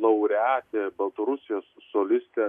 laureatė baltarusijos solistė